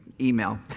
email